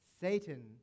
Satan